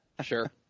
Sure